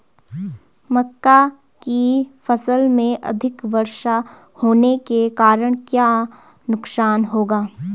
मक्का की फसल में अधिक वर्षा होने के कारण क्या नुकसान होगा?